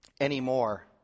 anymore